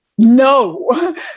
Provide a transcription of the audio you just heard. No